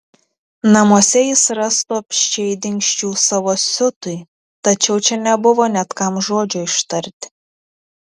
namuose jis rastų apsčiai dingsčių savo siutui tačiau čia nebuvo net kam žodžio ištarti